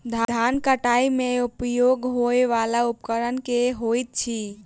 धान कटाई मे उपयोग होयवला उपकरण केँ होइत अछि?